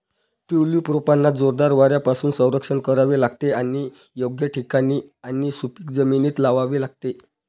tulip रोपांना जोरदार वाऱ्यापासून संरक्षण करावे लागते आणि योग्य ठिकाणी आणि सुपीक जमिनीत लावावे लागते